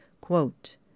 Quote